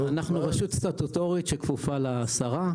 אנחנו רשות סטטוטורית שכפופה לשרה.